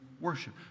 worship